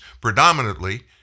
predominantly